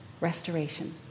restoration